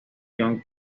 john